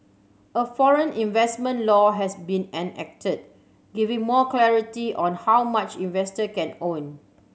a foreign investment law has been enacted giving more clarity on how much investor can own